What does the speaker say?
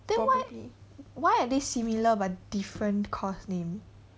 then why why are they similar but different course name